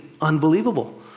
unbelievable